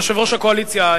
יושב-ראש הקואליציה,